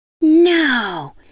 No